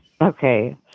okay